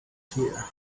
here